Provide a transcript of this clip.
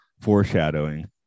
foreshadowing